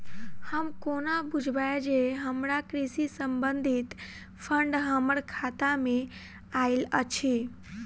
हम कोना बुझबै जे हमरा कृषि संबंधित फंड हम्मर खाता मे आइल अछि?